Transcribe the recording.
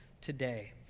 today